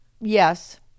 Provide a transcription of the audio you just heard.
Yes